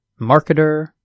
marketer